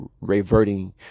reverting